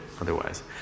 otherwise